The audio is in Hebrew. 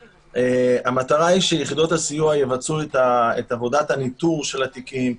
המטרה היא שיחידות הסיוע יבצעו את עבודת הניטור של התיקים,